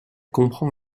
comprend